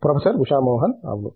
professor Usha Mohan అవును